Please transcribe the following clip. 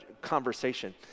conversation